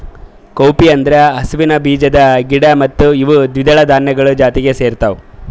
cowpea ಅಂದುರ್ ಹಸುವಿನ ಬೀಜದ ಗಿಡ ಮತ್ತ ಇವು ದ್ವಿದಳ ಧಾನ್ಯಗೊಳ್ ಜಾತಿಗ್ ಸೇರ್ತಾವ